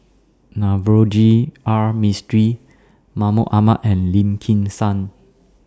Navroji R Mistri Mahmud Ahmad and Lim Kim San